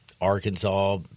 Arkansas